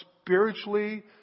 spiritually